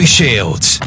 Shields